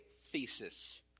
thesis